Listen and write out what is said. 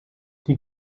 die